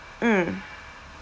mm